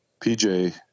pj